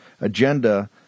agenda